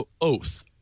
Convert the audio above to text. oath